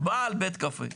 בעל בית קפה,